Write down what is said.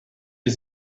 has